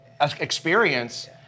experience